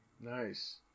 Nice